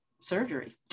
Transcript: surgery